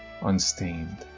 unstained